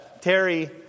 terry